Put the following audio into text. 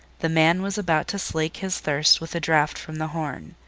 the man was about to slake his thirst with a draught from the horn,